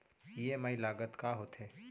EMI लागत का होथे?